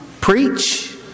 preach